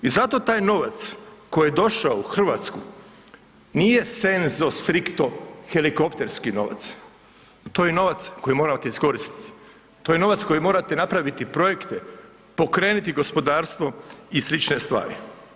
I zato taj novac koji je došao u RH nije senzo strikto helikopterski novac, to je novac koji morate iskoristiti, to je novac kojim morate napraviti projekte, pokrenuti gospodarstvo i slične stvari.